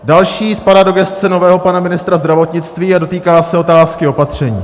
Další spadá do gesce nového pana ministra zdravotnictví a dotýká se otázky opatření.